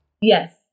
Yes